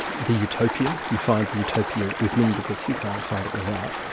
the utopia. you find the utopia within because you can't find it without.